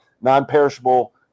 non-perishable